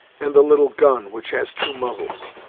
and the little gun, which has two muzzles.